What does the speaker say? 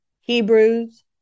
Hebrews